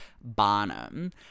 Barnum